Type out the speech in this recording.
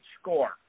score